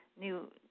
new